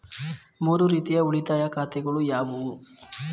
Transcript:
ಮೂರು ರೀತಿಯ ಉಳಿತಾಯ ಖಾತೆಗಳು ಯಾವುವು?